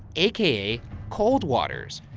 aka cold waters.